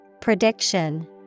Prediction